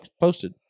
posted